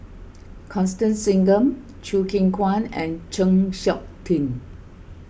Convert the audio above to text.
Constance Singam Choo Keng Kwang and Chng Seok Tin